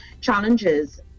challenges